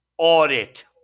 audit